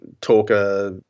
talker